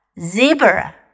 zebra